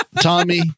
tommy